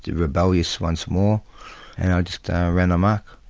rebellious once more and i just ran amok.